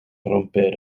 romper